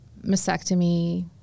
mastectomy